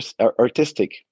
artistic